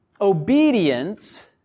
obedience